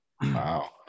Wow